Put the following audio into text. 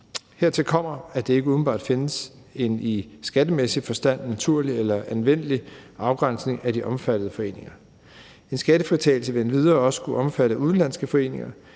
Hertil kommer, at der ikke umiddelbart findes en i skattemæssig forstand naturlig eller anvendelig afgrænsning af de omfattede foreninger. En skattefritagelse vil endvidere også skulle omfatte udenlandske foreninger,